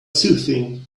soothing